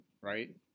right